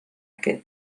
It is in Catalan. què